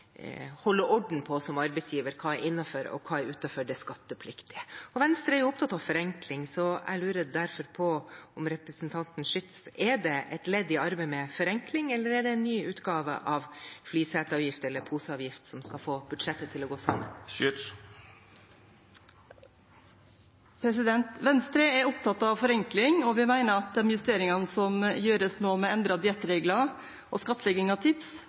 holde orden på hva som er innenfor og hva som er utenfor det skattepliktige. Venstre er opptatt av forenkling, så jeg lurer derfor på om representanten Schytz kan svare på om dette er et ledd i arbeidet med forenkling, eller er det en ny utgave av flyseteavgift eller poseavgift som skal få budsjettet til å gå sammen? Venstre er opptatt av forenkling, og vi mener at de justeringene som gjøres nå, med endrede diettregler og skattlegging av tips,